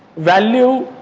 value,